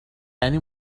یعنی